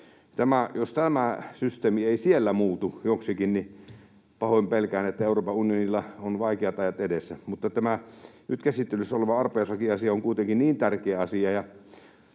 Jos tämä systeemi ei siellä muutu joksikin, niin pahoin pelkään, että Euroopan unionilla on vaikeat ajat edessä. Mutta tämä nyt käsittelyssä oleva arpajaislakiasia on kuitenkin hyvin tärkeä asia,